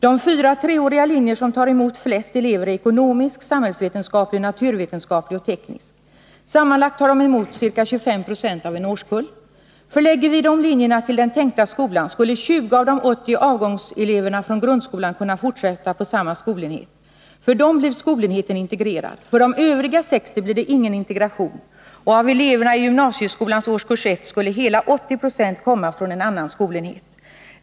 De fyra treåriga linjer som tar emot flest elever är ekonomisk, samhällsvetenskaplig, naturvetenskaplig och teknisk linje. Sammanlagt tar de emot ca 25 Zo av en årskull. Förlägger vi de linjerna till den tänkta skolan skulle 20 av de 80 avgångseleverna från grundskolan kunna fortsätta på samma skolenhet. För dem blev skolenheten integrerad. För de övriga 60 blev det ingen integration. Och av eleverna i gymnasieskolans årskurs 1 skulle hela 80 Zo komma från annan skolenhet.